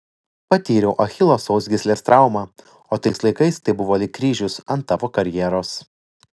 patyriau achilo sausgyslės traumą o tais laikais tai buvo lyg kryžius ant tavo karjeros